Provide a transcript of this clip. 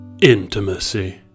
Intimacy